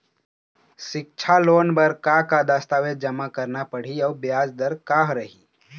सिक्छा लोन बार का का दस्तावेज जमा करना पढ़ही अउ ब्याज दर का रही?